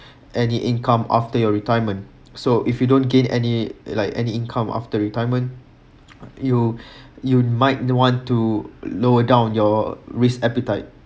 any income after your retirement so if you don't gain any like any income after retirement you you might want to lower down your risk appetite